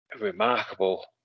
remarkable